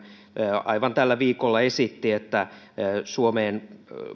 aivan tällä viikolla esitti että suomeen